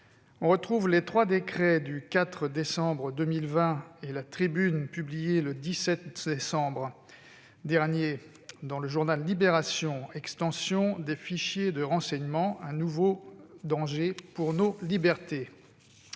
on retrouve les trois décrets du 2 décembre 2020 et la tribune publiée le 17 décembre dernier dans le quotidien :« Extension des fichiers de renseignement : un nouveau danger pour nos libertés.